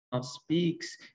speaks